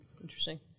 Interesting